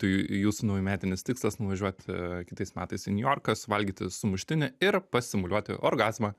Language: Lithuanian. tai jūsų naujametinis tikslas nuvažiuot kitais metais į niujorką suvalgyti sumuštinį ir pasimuliuoti orgazmą